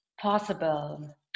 possible